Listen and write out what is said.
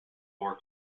bore